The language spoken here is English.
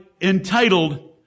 entitled